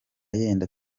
yenda